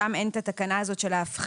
שם אין את התקנה הזו של ההפחתה,